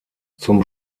zum